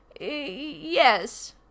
yes